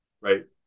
right